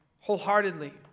wholeheartedly